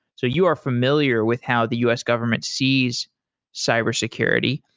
so you are familiar with how the us government sees cybersecurity.